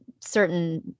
certain